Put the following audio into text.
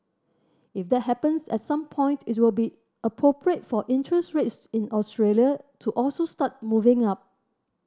if that happens at some point it will be appropriate for interest rates in Australia to also start moving up